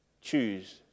choose